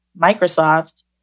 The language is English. Microsoft